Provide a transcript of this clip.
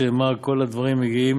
שנאמר 'כל הדברים יגעים